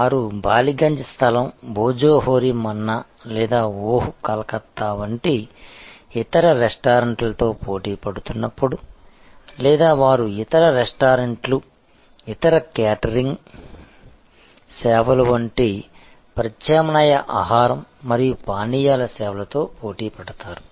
6 బాలిగంజ్ స్థలం భోజోహోరి మన్నా లేదా ఓహ్ కలకత్తా వంటి ఇతర రెస్టారెంట్లతో పోటీ పడుతున్నప్పుడు లేదా వారు ఇతర రెస్టారెంట్లు ఇతర క్యాటరింగ్ సేవలు వంటి ప్రత్యామ్నాయ ఆహారం మరియు పానీయాల సేవలతో పోటీపడతారు